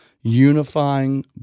unifying